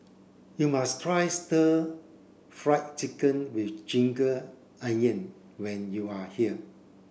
you must try stir fry chicken with onion when you are here